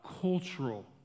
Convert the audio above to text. cultural